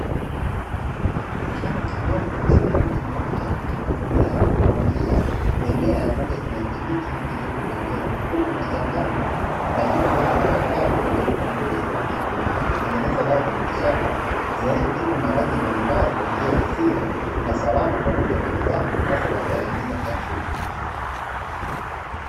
Kinu kidogo chenye rangi nyeupe kinatumia kutwangia mimea ya rangi ya kijani kibichi iliyopo pembeni, huku ikichanganywa na vitu ambavyo vinapatikana kwenye chupa ndogo za rangi ya udongo, kutengeneza dawaiza miti shamba zinazotibu maradhi mbalimbali kwa njia ya asili na salama kwa mwili wa binadamu, hasa katika jamii za kiafrika.